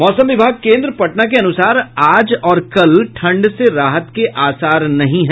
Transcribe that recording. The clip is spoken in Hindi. मौसम विभाग केन्द्र पटना के अनुसार आज और कल ठंड से राहत के आसार नहीं हैं